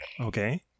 Okay